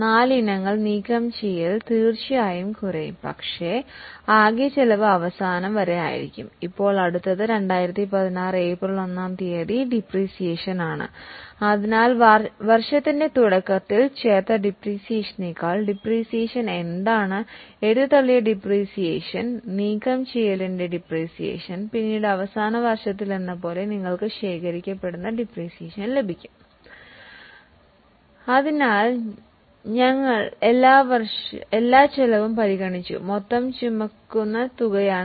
അതിനാൽ നമ്മൾ എല്ലാ ചിലവും പരിഗണിച്ചു തുടർന്ന് accumulated depreciation cost minus accumulated depreciation ഒരു മൊത്തം തുകയാണ്